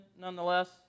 nonetheless